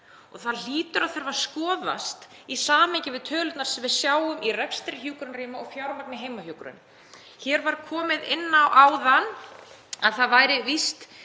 Það hlýtur að þurfa að skoðast í samhengi við tölurnar sem við sjáum í rekstri hjúkrunarrýma og fjármagni í heimahjúkrun. Hér áðan var komið inn á að það væri víst